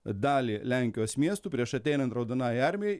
dalį lenkijos miestų prieš ateinant raudonajai armijai